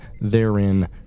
therein